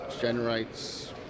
generates